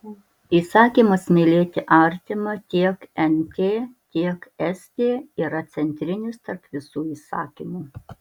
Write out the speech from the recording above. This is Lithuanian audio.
įsakymas mylėti artimą tiek nt tiek st yra centrinis tarp visų įsakymų